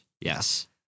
Yes